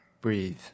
Breathe